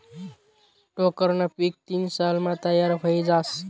टोक्करनं पीक तीन सालमा तयार व्हयी जास